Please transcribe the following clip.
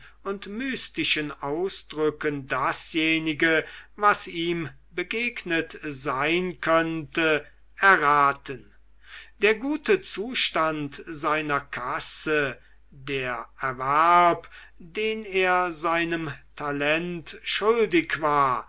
und mystischen ausdrücken dasjenige was ihm begegnet sein könnte erraten der gute zustand seiner kasse der erwerb den er seinem talent schuldig war